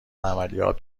عملیات